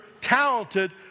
talented